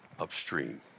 upstream